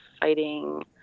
fighting